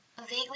vaguely